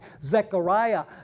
Zechariah